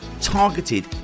targeted